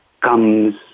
comes